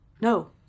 No